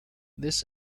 this